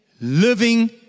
living